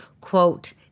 quote